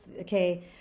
okay